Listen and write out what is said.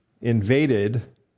invaded